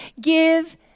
Give